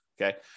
Okay